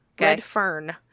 Redfern